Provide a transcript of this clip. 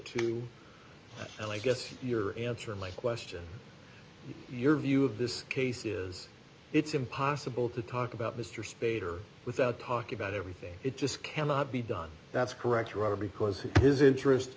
to and i guess your answer my question your view of this case is it's impossible to talk about mr spader without talking about everything it just cannot be done that's correct or rather because his interest